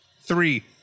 Three